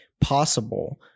possible